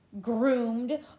groomed